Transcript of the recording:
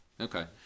Okay